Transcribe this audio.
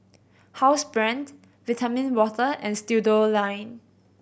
Housebrand Vitamin Water and Studioline